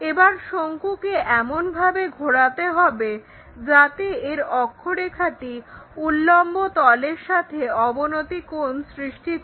এবার শঙ্কুকে এমনভাবে ঘোরাতে হবে যাতে এর অক্ষরেখাটি উল্লম্ব তলের সাথে অবনতি কোণ সৃষ্টি করে